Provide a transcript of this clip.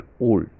old